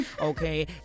okay